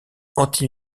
anti